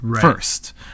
first